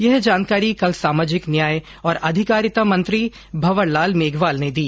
यह जानकारी कल सामाजिक न्याय और अधिकारिता मंत्री भंवर लाल मेघवाल ने दी